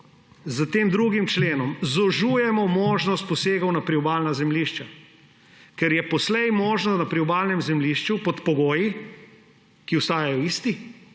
s tem 2. členom zožujemo možnost posegov na priobalna zemljišča, ker je poslej možno pri priobalnem zemljišču pod pogoji, ki ostajajo isti,